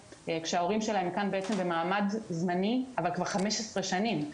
כשההורים שלהם כאן במעמד זמני אבל כבר 15 שנים,